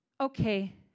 okay